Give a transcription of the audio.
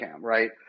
right